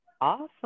awesome